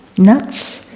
nuts,